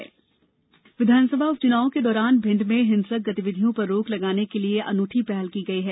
भिण्ड कारतूस विधानसभा उप चुनावों के दौरान भिण्ड में हिंसक गतिविधियों पर रोक लगाने के लिये अनूठी पहल की गई है